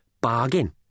Bargain